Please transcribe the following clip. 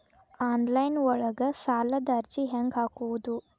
Online ಒಳಗ ಸಾಲದ ಅರ್ಜಿ ಹೆಂಗ್ ಹಾಕುವುದು?